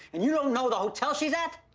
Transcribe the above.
and you don't know the hotel she's at?